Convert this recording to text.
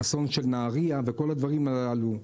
האסון בנהריה וכל הדברים הללו.